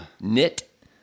knit